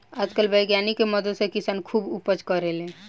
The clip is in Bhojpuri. आजकल वैज्ञानिक के मदद से किसान खुब उपज करेले